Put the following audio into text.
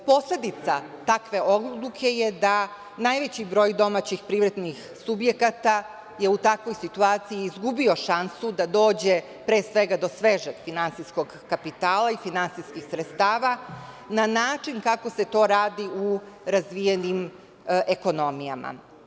Posledica takve odluke je da najveći broj domaćih privrednih subjekata je u takvoj situaciji izgubio šansu da dođe, pre svega, do svežeg finansijskog kapitala i finansijskih sredstava na način kako se to radi u razvijenim ekonomijama.